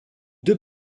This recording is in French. deux